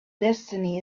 destiny